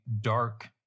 dark